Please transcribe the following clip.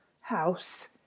house